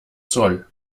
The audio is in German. zoll